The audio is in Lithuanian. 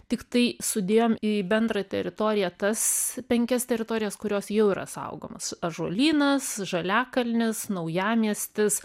tiktai sudėjom į bendrą teritoriją tas penkias teritorijas kurios jau yra saugomos ąžuolynas žaliakalnis naujamiestis